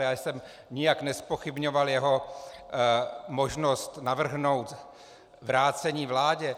Já jsem nijak nezpochybňoval jeho možnost navrhnout vrácení vládě.